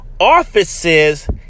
offices